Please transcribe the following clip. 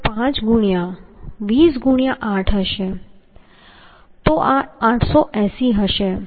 5 ગુણ્યાં 20 ગુણ્યાં 8 હશે આ 880 હશે